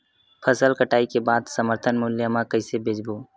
फसल कटाई के बाद समर्थन मूल्य मा कइसे बेचबो?